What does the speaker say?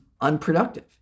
unproductive